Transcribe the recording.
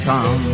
Tom